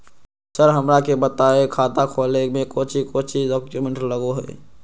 Sir हमरा के बताएं खाता खोले में कोच्चि कोच्चि डॉक्यूमेंट लगो है?